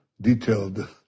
detailed